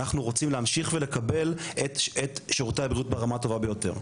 אנחנו רוצים להמשיך ולקבל את שירותי הבריאות ברמה הטובה ביותר.